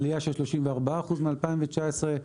עלייה של 34% מ-2019.